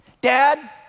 Dad